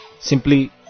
simply